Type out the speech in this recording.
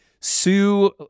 sue